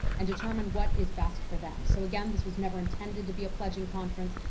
and determine what is best for them. so again, this was never intended to be a pledging conference,